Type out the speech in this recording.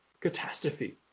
Catastrophe